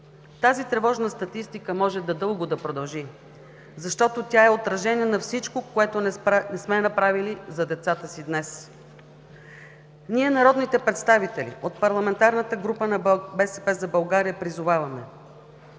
Тази тревожна статистика може дълго да продължи, защото тя е отражение на всичко, което не сме направили за децата си днес. Ние, народните представители от парламентарната група на „БСП за България“, призоваваме